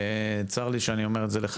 צר לי שאני אומר לך,